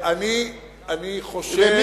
אני חושב,